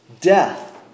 Death